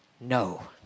No